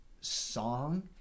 song